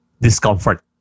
discomfort